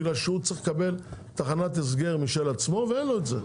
בגלל שהוא צריך לקבל תחנת הסגר משל עצמו ואין לו את זה,